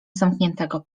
zamkniętego